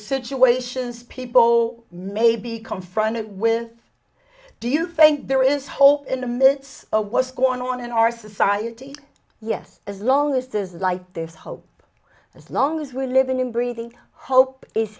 situations people may be confronted with do you think there is hope in the midst of what's going on in our society yes as long as there's life there's hope as long as we're living and breathing hope is